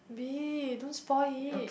B don't spoil it